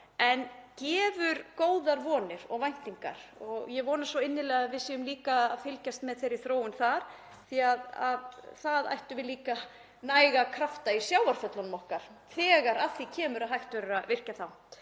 en gefur góðar vonir og væntingar og ég vona svo innilega að við séum líka að fylgjast með þeirri þróun því að við ættum líka að eiga næga krafta í sjávarföllum okkar þegar að því kemur að hægt verður að virkja þau.